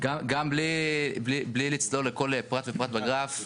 גם בלי לצלול לכל פרט ופרט בגרף,